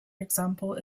example